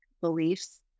beliefs